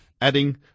adding